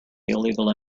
illegal